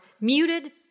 muted